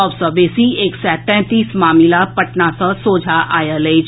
सभ सँ बेसी एक सय तैंतीस मामिला पटना सँ सोझां आयल अछि